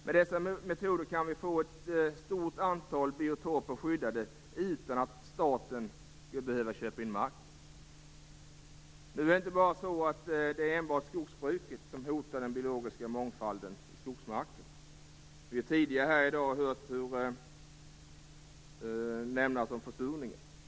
Med dessa metoder kan vi få ett stort antal biotoper skyddade utan att staten skall behöva köpa in marken. Nu är det inte enbart skogsbruket som hotar den biologiska mångfalden i skogsmarken. Vi har tidigare i dag hört försurningen nämnas.